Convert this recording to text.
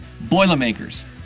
Boilermakers